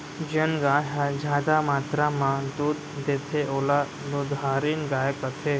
जेन गाय ह जादा मातरा म दूद देथे ओला दुधारिन गाय कथें